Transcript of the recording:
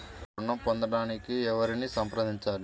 ఋణం పొందటానికి ఎవరిని సంప్రదించాలి?